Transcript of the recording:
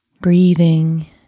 breathing